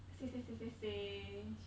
say say say say say